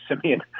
Simeon